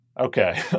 Okay